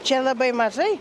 čia labai mažai